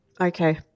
Okay